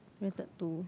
wear that to